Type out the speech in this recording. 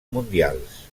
mundials